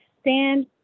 stand